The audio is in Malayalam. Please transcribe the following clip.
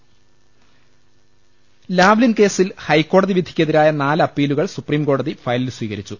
ൾ ൽ ൾ ലാവ്ലിൻ കേസിൽ ഹൈക്കോടതി വിധിക്കെതിരായ നാല് അപ്പീലുകൾ സൂപ്രീംകോടതി ഫയലിൽ സ്വീകരിച്ചു